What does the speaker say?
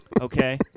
okay